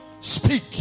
speak